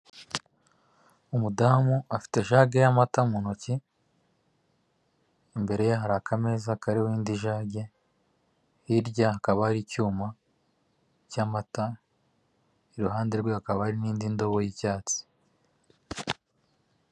Umudamu afite ijage y'amata mu ntoki, imbereye hari akameza kariho indi jage. Hirya hakaba hari icyuma cy'amata, iruhande rwe hakaba hari indi ndobo y'icyatsi.